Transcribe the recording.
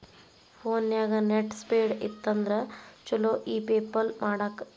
ಫೋನ್ಯಾಗ net speed ಇತ್ತಂದ್ರ ಚುಲೊ ಇ ಪೆಪಲ್ ಮಾಡಾಕ